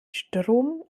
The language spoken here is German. strom